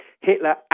Hitler